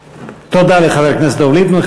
תודה לחבר הכנסת דב ליפמן.